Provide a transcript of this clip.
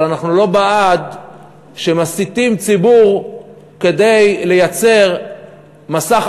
אבל אנחנו לא בעד הסתה בציבור כדי לייצר מסך